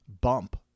bump